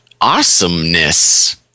awesomeness